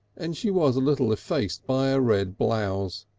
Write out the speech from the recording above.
and she was a little effaced by a red blouse,